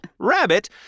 Rabbit